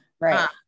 Right